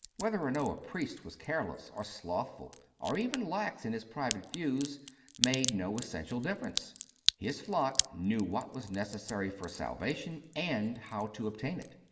whether or no a priest was careless or slothful or even lax in his private views made no essential difference his flock knew what was necessary for salvation and how to obtain it.